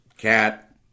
cat